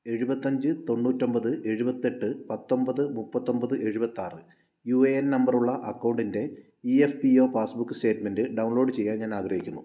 ഏഴുവത്തഞ്ച് തൊണ്ണൂറ്റി ഒൻപത് എഴുവതെട്ട് പത്തൊൻപത് മുപ്പത്തി ഒൻപത് എഴുപതാറ് യു എ എൻ നമ്പറുള്ള അക്കൗണ്ടിൻ്റെ E A F P O passbook statement download ചെയ്യാൻ ഞാൻ ആഗ്രഹിക്കുന്നു